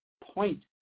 point